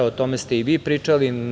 O tome ste i vi pričali.